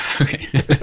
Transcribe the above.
Okay